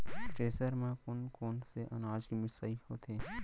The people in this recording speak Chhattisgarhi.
थ्रेसर म कोन कोन से अनाज के मिसाई होथे?